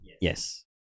yes